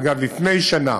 אגב, לפני שנה